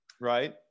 Right